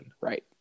Right